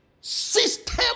system